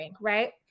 right